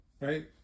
right